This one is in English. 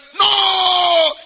no